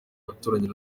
abaturanyi